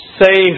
say